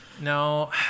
No